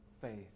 faith